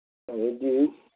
ꯑꯗꯩꯗꯤ